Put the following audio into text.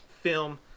film